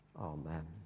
Amen